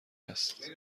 هست